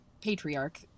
patriarch